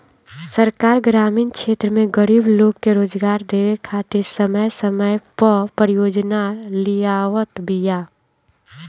सरकार ग्रामीण क्षेत्र में गरीब लोग के रोजगार देवे खातिर समय समय पअ परियोजना लियावत बिया